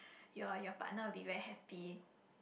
your your partner will be very happy